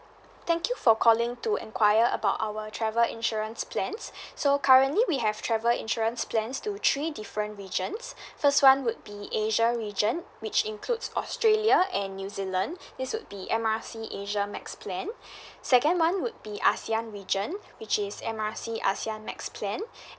thank you for calling to enquire about our travel insurance plans so currently we have travel insurance plans to three different regions first [one] would be asia region which includes australia and new zealand this would be M R C asia max plan second [one] would be ASEAN region which is M R C ASEAN max plan